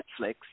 netflix